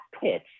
pitch